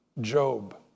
Job